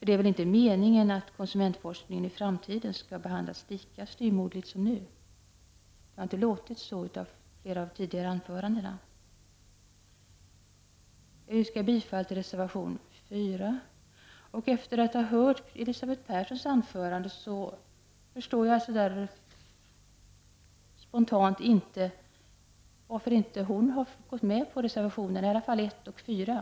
Det är väl inte meningen att konsumentforskningen i framtiden skall behandlas lika styvmoderligt som nu? Det har inte låtit så i flera av de tidigare anförandena. Jag yrkar bifall till reservation 4. Efter att ha hört Elisabeth Perssons anförande förstår jag spontant inte varför inte hon har gått med på i varje fall reservationerna 1 och 4.